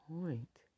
point